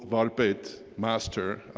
varpet, master.